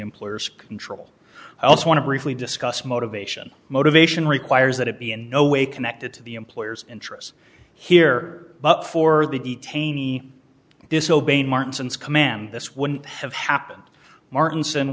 employer's control i also want to briefly discuss motivation motivation requires that it be in no way connected to the employer's interests here but for the detainee disobeying martin's command this wouldn't have happened martin s